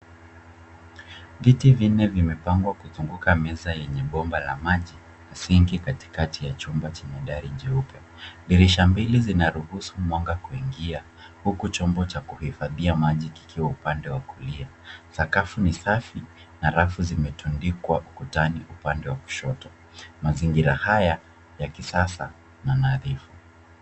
Viti vinne vimepagwa kuzuguka meza yenye bomba la maji na sinki katikati ya chumba chenye dari nyeupe. Dirisha mbili zinaruhusu mwanga kuingia huku chombo cha kuhifadhia majia kikiwa upande wa kulia. Sakafu ni safi na rafu zimetadikwa upande wa kushoto. Mazigira haya ni ya kisasa na nadhifu.